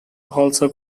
also